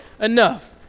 enough